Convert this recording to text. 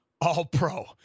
All-Pro